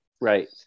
Right